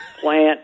plant